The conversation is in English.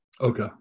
Okay